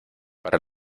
para